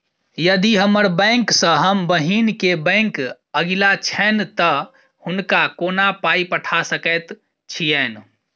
यदि हम्मर बैंक सँ हम बहिन केँ बैंक अगिला छैन तऽ हुनका कोना पाई पठा सकैत छीयैन?